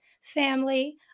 family